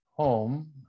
home